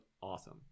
awesome